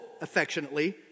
affectionately